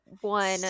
one